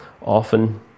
often